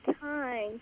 time